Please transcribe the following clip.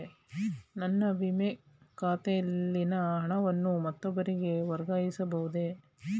ನನ್ನ ವಿಮೆ ಖಾತೆಯಲ್ಲಿನ ಹಣವನ್ನು ಮತ್ತೊಬ್ಬರಿಗೆ ವರ್ಗಾಯಿಸ ಬಹುದೇ?